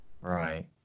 Right